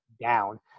down